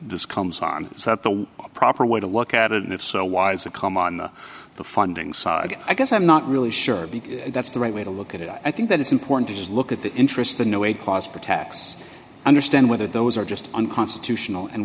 this comes on is that the proper way to look at it and if so why is it come on the funding saga i guess i'm not really sure because that's the right way to look at it i think that it's important to just look at the interest the no a clause for tax understand whether those are just unconstitutional and